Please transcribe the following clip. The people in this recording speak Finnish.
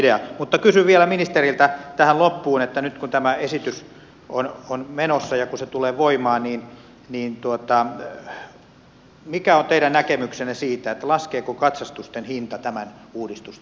mutta kysyn vielä ministeriltä tähän loppuun nyt kun tämä esitys on menossa ja kun se tulee voimaan mikä on teidän näkemyksenne siitä laskeeko katsastusten hinta tämän uudistuksen myötä